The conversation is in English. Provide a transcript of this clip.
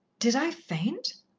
did i faint?